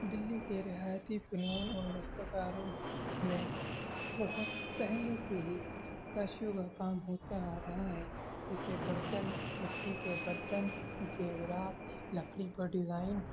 دلی کے روایتی فنون اور دستکاروں میں بہت پہلے سے ہی نقاشیوں کا کام ہوتا آ رہا ہے جیسے برتن مٹی کے برتن زیورات لکڑی پر ڈزائن